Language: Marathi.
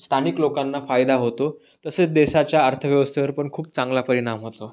स्थानिक लोकांना फायदा होतो तसेच देशाच्या अर्थव्यवस्थेवर पन खूप चांगला परिणाम होतो